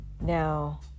Now